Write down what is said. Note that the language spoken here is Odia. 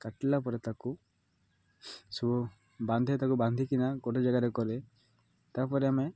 କାଟିଲା ପରେ ତାକୁ ସବୁ ବାନ୍ଧେ ତାକୁ ବାନ୍ଧିକିନା ଗୋଟେ ଜାଗାରେ କଲେ ତାପରେ ଆମେ